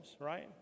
right